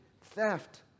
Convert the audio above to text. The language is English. theft